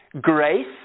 grace